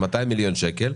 200 מיליון שקל,